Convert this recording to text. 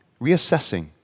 reassessing